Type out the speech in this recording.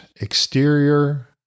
exterior